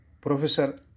Professor